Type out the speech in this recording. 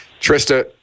Trista